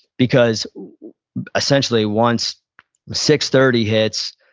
because essentially once six thirty hits,